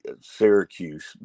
Syracuse